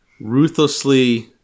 Ruthlessly